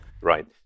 Right